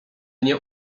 nie